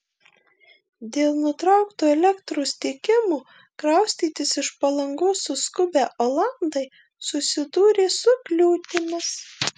dėl nutraukto elektros tiekimo kraustytis iš palangos suskubę olandai susidūrė su kliūtimis